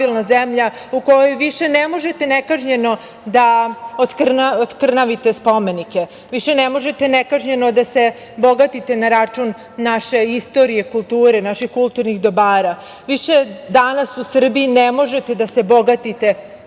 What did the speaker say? u kojoj više ne možete nekažnjeno da oskrnavite spomenike. Više ne možete nekažnjeno da se bogatite te na račun naše istorije, kulture, naših kulturnih dobara. Više danas u Srbiji ne možete da se bogatite